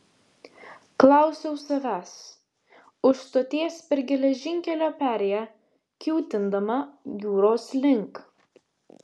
klausiau savęs už stoties per geležinkelio perėją kiūtindama jūros link